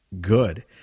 good